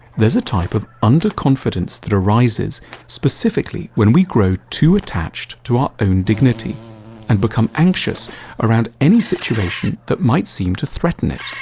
there's a type of under-confidence that arises specifically when we grow too attached to our own dignity and become anxious around any that might seem to threaten it.